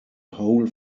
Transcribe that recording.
whole